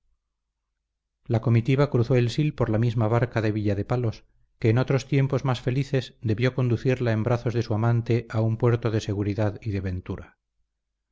la comitiva cruzó el sil por la misma barca de villadepalos que en otros tiempo más felices debió conducirla en brazos de su amante a un puerto de seguridad y de ventura